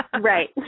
Right